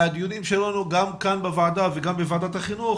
מהדיונים שלנו גם כאן בוועדה וגם בוועדת החינוך,